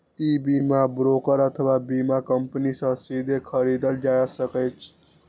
ई बीमा ब्रोकर अथवा बीमा कंपनी सं सीधे खरीदल जा सकैए